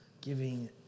giving